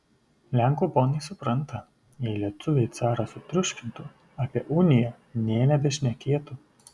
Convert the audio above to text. lenkų ponai supranta jei lietuviai carą sutriuškintų apie uniją nė nebešnekėtų